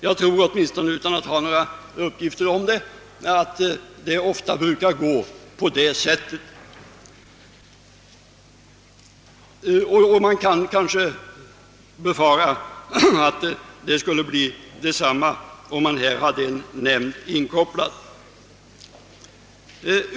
Jag har inte några exakta uppgifter härvidlag men jag tror att det förhåller sig på detta sätt, och man kan befara att det skulle bli likadant om en sådan här nämnd kopplades in på avtalsfrågan inom det område som nu är aktuellt. Herr talman!